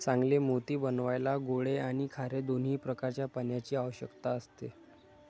चांगले मोती बनवायला गोडे आणि खारे दोन्ही प्रकारच्या पाण्याची आवश्यकता असते